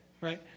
right